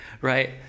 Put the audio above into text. right